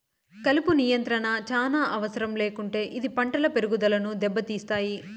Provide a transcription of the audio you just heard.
కలుపు నియంత్రణ చానా అవసరం లేకుంటే ఇది పంటల పెరుగుదనను దెబ్బతీస్తాయి